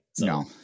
no